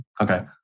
Okay